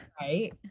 Right